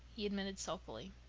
he admitted sulkily.